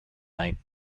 night